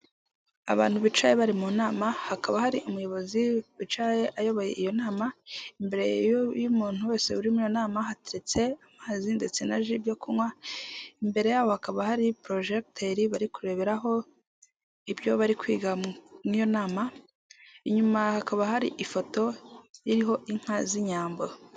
Abantu bicaye bari mu nama hakaba hari umuyobozi wicaye ayoboye iyo nama, imbere y'umuntu wese uri mu nama hateretse amazi ndetse naji byo kunywa, imbere yabo hakaba hari porojegiteri bari kureberaho ibyo bari kwiga mu iyo nama, inyuma hakaba hari ifoto iriho inka z'inyambo.